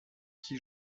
qui